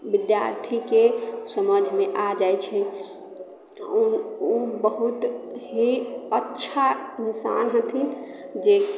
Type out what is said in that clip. विद्यार्थीके समझमे आबि जाइत छै तऽ ओ बहुत ही अच्छा इन्सान हथिन जे